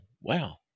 Wow